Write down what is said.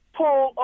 pull